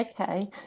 Okay